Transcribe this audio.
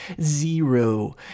Zero